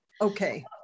Okay